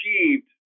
achieved